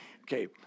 Okay